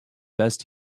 best